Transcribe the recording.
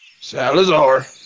Salazar